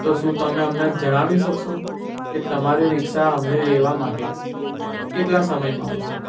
તો શું તમે અમને જણાવી શકશો કે તમારી રિક્ષા અમને લેવા માટે કેટલા સમયમાં આવશે